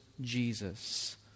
Jesus